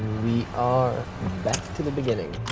we are back to the beginning.